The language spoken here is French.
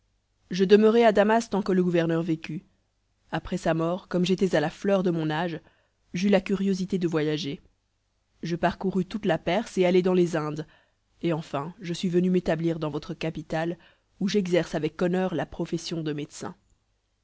je demeurai à damas tant que le gouverneur vécut après sa mort comme j'étais à la fleur de mon âge j'eus la curiosité de voyager je parcourus toute la perse et allai dans les indes et enfin je suis venu m'établir dans votre capitale où j'exerce avec honneur la profession de médecin